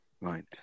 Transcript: right